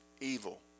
evil